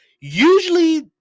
Usually